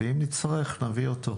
ואם נצטרך, נביא אותו.